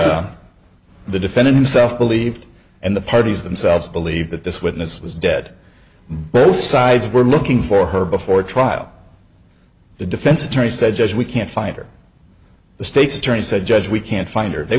that the defendant himself believed and the parties themselves believe that this witness was dead both sides were looking for her before trial the defense attorney said judge we can't find her the state's attorney said judge we can't find her they